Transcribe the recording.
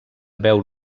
veu